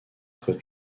être